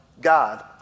God